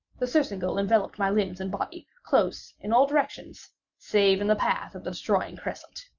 the surcingle enveloped my limbs and body close in all directions save in the path of the destroying crescent.